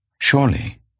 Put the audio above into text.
Surely